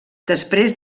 després